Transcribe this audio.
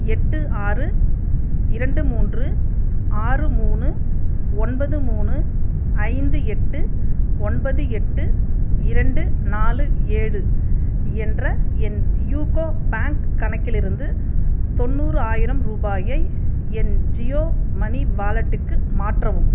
எட்டு ஆறு இரண்டு மூன்று ஆறு மூணு ஒன்பது மூணு ஐந்து எட்டு ஒன்பது எட்டு இரண்டு நாலு ஏழு என்ற என் யூகோ பேங்க் கணக்கிலிருந்து தொண்ணூறாயிரம் ரூபாயை என் ஜியோ மனி வாலெட்டுக்கு மாற்றவும்